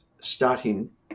starting